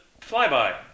flyby